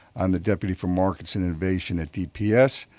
and the deputy for market innovation at dps.